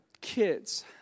kids